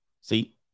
See